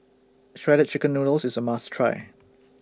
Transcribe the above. Shredded Chicken Noodles IS A must Try